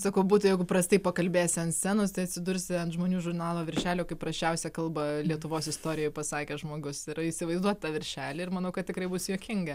sakau būtų jeigu prastai pakalbėsi ant scenos tai atsidursi ant žmonių žurnalo viršelio kaip prasčiausią kalbą lietuvos istorijoj pasakęs žmogus ir įsivaizduok tą viršelį ir manau kad tikrai bus juokinga